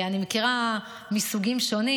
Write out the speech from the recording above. אני מכירה סוגים שונים.